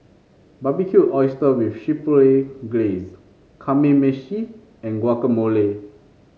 Barbecued Oyster with Chipotle Glaze Kamameshi and Guacamole